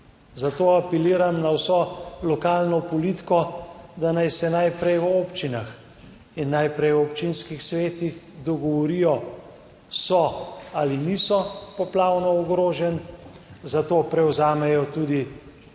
zato apeliram na vso lokalno politiko, da naj se najprej v občinah in najprej v občinskih svetih dogovorijo, so ali niso poplavno ogroženi, za to prevzamejo tudi